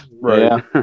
Right